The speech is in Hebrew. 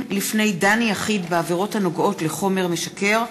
לפני דן יחיד בעבירות הנוגעות לחומר משכר),